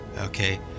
Okay